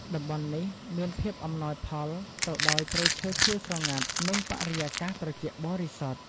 តំបន់នេះមានភាពអំណោយផលទៅដោយព្រៃឈើខៀវស្រងាត់ និងបរិយាកាសត្រជាក់បរិសុទ្ធ។